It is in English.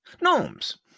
Gnomes